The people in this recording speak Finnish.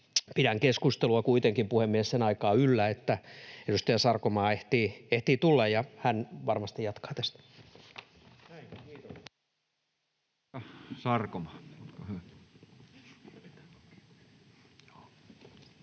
Pidän kuitenkin keskustelua, puhemies, sen aikaa yllä, että edustaja Sarkomaa ehtii tulla. Hän varmasti jatkaa tästä.